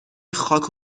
خاک